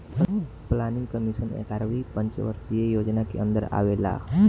planning commission एग्यारहवी पंचवर्षीय योजना के अन्दर आवेला